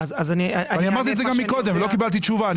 קיבלתי, אני